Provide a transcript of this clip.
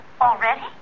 Already